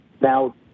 now